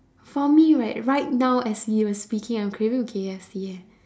for me right right now as you were speaking I am craving K_F_C eh